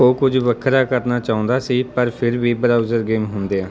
ਉਹ ਕੁਝ ਵੱਖਰਾ ਕਰਨਾ ਚਾਹੁੰਦਾ ਸੀ ਪਰ ਫਿਰ ਵੀ ਬ੍ਰਾਊਜ਼ਰ ਗੇਮ ਹੁੰਦਿਆਂ